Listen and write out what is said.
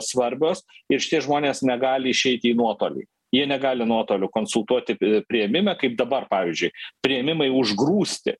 svarbios ir šitie žmonės negali išeiti į nuotolį jie negali nuotoliu konsultuoti priėmime kaip dabar pavyzdžiui priėmimai užgrūsti